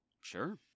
Sure